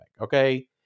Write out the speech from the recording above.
okay